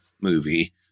movie